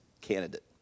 candidate